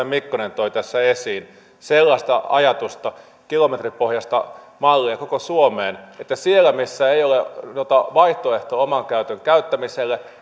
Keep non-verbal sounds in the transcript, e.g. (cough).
(unintelligible) mikkonen toi tässä esiin sellaista ajatusta kilometripohjaista mallia koko suomeen että siellä missä ei ole vaihtoehtoa oman auton käyttämiselle (unintelligible)